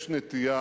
יש נטייה